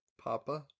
Papa